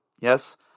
Yes